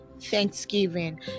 thanksgiving